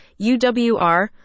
uwr